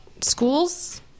schools